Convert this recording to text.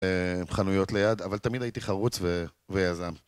חנויות ליד. אבל תמיד הייתי חרוץ ויזם.